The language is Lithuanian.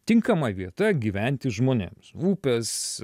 tinkama vieta gyventi žmonėms upės